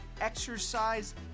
Exercise